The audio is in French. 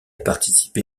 participé